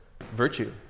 virtue